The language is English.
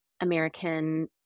American